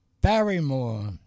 Barrymore